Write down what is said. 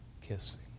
kissing